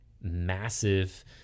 massive